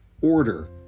Order